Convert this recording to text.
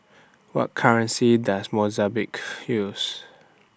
What currency Does Mozambique use